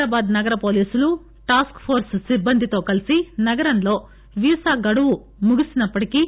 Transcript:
హైదరాబాద్ నగర పోలీసులు task force సిబ్బంది తో కలిసి నగరంలో వీసా గడువు ముగిసినప్పటికీ